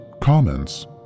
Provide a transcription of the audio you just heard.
comments